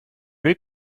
will